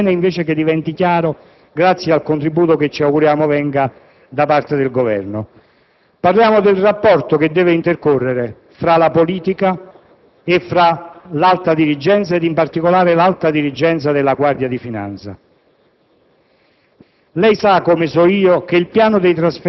occultare qualcosa di non chiaro che era accaduto, ma che è bene diventi chiaro, grazie al contributo che ci auguriamo venga da parte del Governo. Parliamo del rapporto che deve intercorrere fra la politica e l'alta dirigenza, in particolare, della Guardia di finanza.